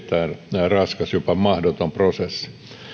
erittäin raskas jopa mahdoton prosessi eri